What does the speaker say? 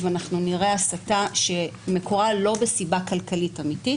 ואנחנו נראה הסטה שמקורה לא בסיבה כלכלית אמיתית.